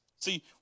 See